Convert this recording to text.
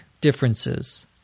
differences